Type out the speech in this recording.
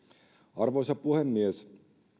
arvoisa puhemies